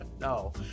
No